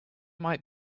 might